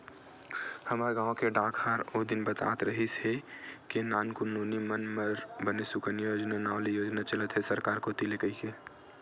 हमर गांव के डाकहार ओ दिन बतात रिहिस हे के नानकुन नोनी मन बर बने सुकन्या योजना नांव ले योजना चलत हे सरकार कोती ले कहिके